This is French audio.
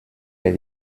les